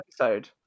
episode